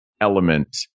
element